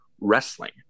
wrestling